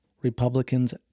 Republicans